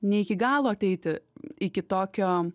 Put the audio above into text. ne iki galo ateiti iki tokio